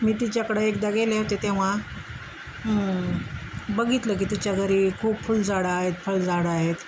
मी तिच्याकडे एकदा गेले होते तेव्हा बघितलं की तिच्या घरी खूप फुलझाडं आहेत फळझाडं आहेत